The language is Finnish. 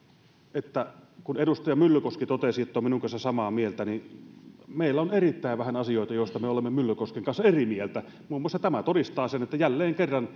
että kun edustaja myllykoski totesi että on minun kanssani samaa mieltä niin meillä on erittäin vähän asioita joista me olemme myllykosken kanssa eri mieltä muun muassa tämä todistaa sen että jälleen kerran